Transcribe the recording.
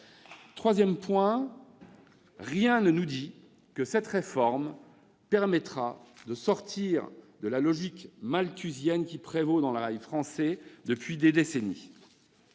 nous dit d'ailleurs que cette réforme permettra de sortir de la logique malthusienne qui prévaut dans le rail français depuis des décennies.